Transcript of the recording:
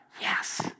yes